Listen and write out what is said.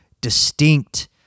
distinct